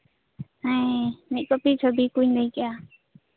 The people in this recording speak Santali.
ᱦᱮᱸ ᱢᱤᱫ ᱠᱚᱯᱤ ᱪᱷᱚᱵᱤ ᱠᱚᱧ ᱞᱟᱹᱭ ᱠᱮᱫᱼᱟ